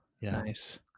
Nice